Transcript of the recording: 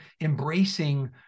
embracing